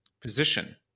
position